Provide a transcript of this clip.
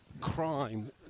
crime